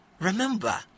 remember